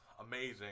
amazing